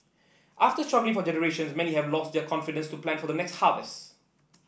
after struggling for generations many have lost their confidence to plan for the next harvest